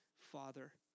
father